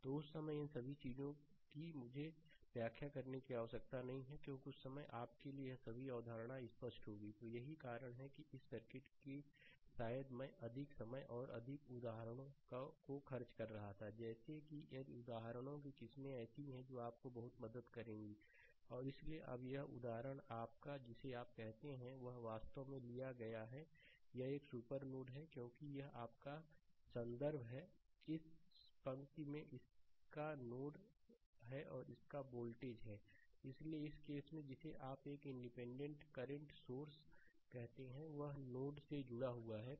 तो उस समय इन सभी चीजों की मुझे व्याख्या करने की आवश्यकता नहीं है क्योंकि उस समय आपके लिए यह सभी अवधारणा स्पष्ट होगी तो यही कारण है कि इस सर्किट के लिए शायद मैं अधिक समय और अधिक उदाहरणों को खर्च कर रहा था जैसे कि यदि उदाहरणों की किस्में ऐसी हैं जो आपको बहुत मदद करेगी स्लाइड समय देखें 0109 और इसलिए अब यह उदाहरण आपका जिसे आप कहते हैं वह वास्तव में लिया गया है यह एक सुपर नोड है क्योंकि यह आपका संदर्भ है इस पंक्ति में इसका नोड है और इसका वोल्टेज v 0 0 है इसलिए इस केस 1 में जिसे आप एक इंडिपेंडेंट करंट सोर्स कहते हैं वह नोड 1 से जुड़ा हुआ है